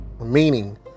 meaning